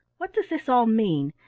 what does this all mean,